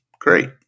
great